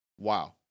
Wow